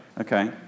Okay